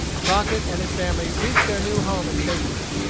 crockett and his family reached their new home in safety.